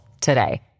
today